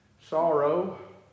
sorrow